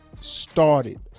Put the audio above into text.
started